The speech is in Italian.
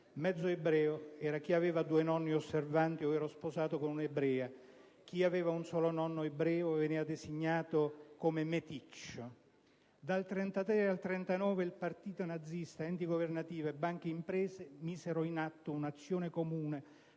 Mezzo ebreo era chi aveva due nonni osservanti o era sposato con un'ebrea; chi aveva un solo nonno ebreo veniva designato come meticcio. Dal 1933 al 1939 il Partito nazista, enti governativi, banche ed imprese misero in atto un'azione comune